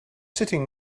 sitting